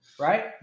right